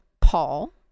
Paul